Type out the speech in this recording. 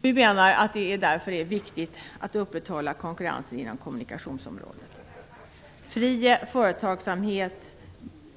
Vi menar att det därför är viktigt att upprätthålla konkurrensen inom kommunikationsområdet. Fri företagsamhet